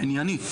הענייני?